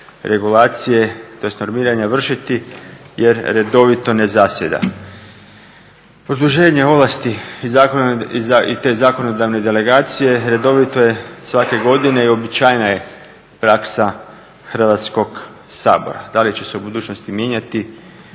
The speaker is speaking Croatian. regulacije, tj. normiranja vršiti jer redovito ne zasjeda. Produženje ovlasti i te zakonodavne delegacije redovito je svake godine i uobičajena je praksa Hrvatskog sabora. Da li će se u budućnosti mijenjati